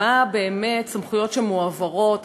מה באמת הסמכויות שמועברות,